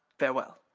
farewell.